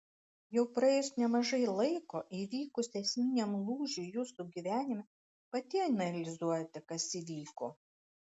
jau praėjus nemažai laiko įvykus esminiam lūžiui jūsų gyvenime pati analizuojate kas įvyko